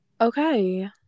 Okay